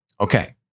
Okay